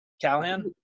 Callahan